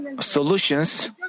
solutions